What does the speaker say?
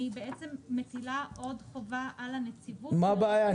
אני מטילה עוד חובה על הנציבות -- מה הבעיה?